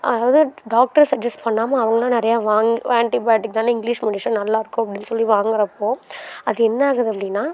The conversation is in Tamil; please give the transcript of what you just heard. அதாவது டாக்டர் சஜெஸ்ட் பண்ணாமல் அவங்களே நிறைய வாங் ஆண்ட்டிபயாட்டிக் தான் இங்கிலீஷ் மெடிஷன் நல்லா இருக்கும் அப்படின்னு சொல்லி வாங்கிறப்போ அது என்ன ஆகுது அப்படின்னா